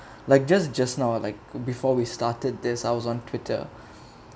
like just just now like before we started this I was on twitter